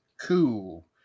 Cool